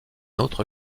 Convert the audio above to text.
autre